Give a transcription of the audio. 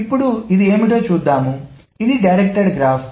ఇప్పుడు ఇది ఏమిటో చూద్దాం ఇది డైరెక్ట్డ్ గ్రాఫ్